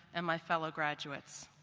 and my fellow graduates.